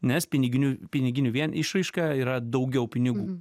nes piniginiu piniginiu vien išraiška yra daugiau pinigų